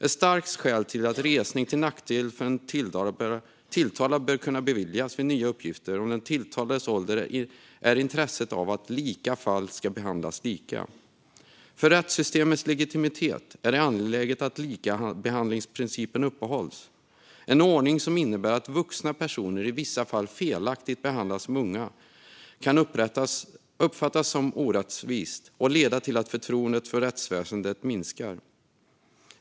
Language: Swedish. Ett starkt skäl till att resning till nackdel för en tilltalad bör kunna beviljas vid nya uppgifter om den tilltalades ålder är intresset av att lika fall ska behandlas lika. För rättssystemets legitimitet är det angeläget att likabehandlingsprincipen upprätthålls. En ordning som innebär att vuxna personer i vissa fall felaktigt behandlas som unga kan uppfattas som orättvis och leda till att förtroendet för rättsväsendet minskar.